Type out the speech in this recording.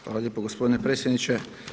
Hvala lijepo gospodine predsjedniče.